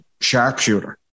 sharpshooter